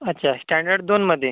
अच्छा स्टँडर्ड दोनमध्ये